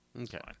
Okay